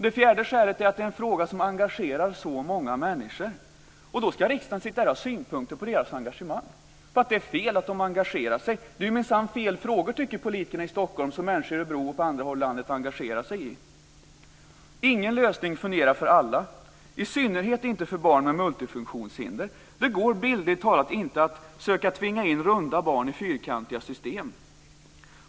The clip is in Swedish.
Det fjärde skälet är att det är en fråga som engagerar så många människor. Då ska riksdagen ha synpunkter på deras engagemang! Var det fel att de engagerade sig? Det är minsann fel frågor tycker politikerna i Stockholm, som människor i Örebro och på andra håll engagerar sig i. Ingen lösning fungerar för alla, i synnerhet inte för barn med multifunktionshinder. Det går bildligt talat inte att söka tvinga in runda barn i fyrkantiga system.